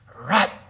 Right